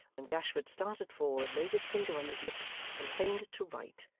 when gashford started forward, laid his finger on his lips, and feigned to write,